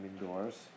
indoors